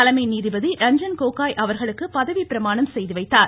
தலைமை நீதிபதி ரஞ்சன்கோகோய் அவர்களுக்கு பதவி பிரமாணம் செய்து வைத்தார்